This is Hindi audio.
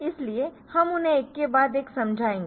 इसलिए हम उन्हें एक के बाद एक समझाएंगे